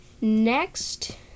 Next